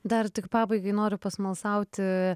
dar tik pabaigai noriu pasmalsauti